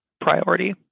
priority